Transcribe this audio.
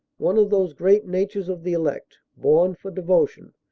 one of those great natures of the elect, born for devotion,